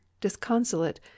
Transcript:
disconsolate